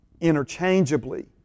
interchangeably